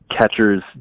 catchers